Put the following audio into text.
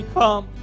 come